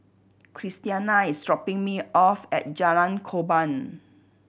Christiana is dropping me off at Jalan Korban